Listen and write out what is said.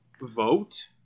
vote